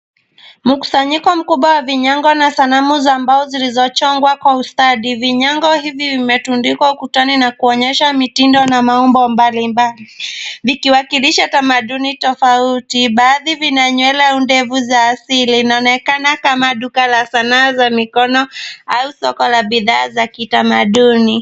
Mkusanyiko mkubwa wa vinyango na sanamu za mbao zilizochongwa kwa ustadi. Vinyango hivi vimetundikwa ukutani na kuonyesha mitindo na maumbo mbali mbali, vikiwakilisha tamaduni tofauti. Baadhi vina nywele au ndevu za asili, inaonekana kama duka la sanaa za mikono au soko la bidhaa za kitamaduni.